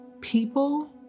People